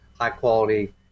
high-quality